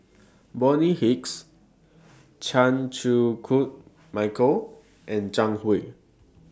Bonny Hicks Chan Chew Koon Michael and Zhang Hui